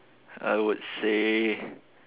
I would say